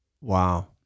Wow